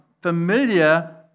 familiar